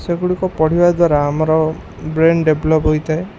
ସେଗୁଡ଼ିକ ପଢ଼ିବା ଦ୍ୱାରା ଆମର ବ୍ରେନ୍ ଡେଭଲପ୍ ହୋଇଥାଏ